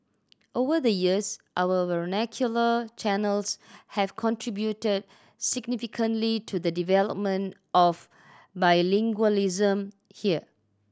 over the years our vernacular channels have contributed significantly to the development of bilingualism here